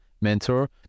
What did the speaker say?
mentor